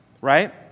right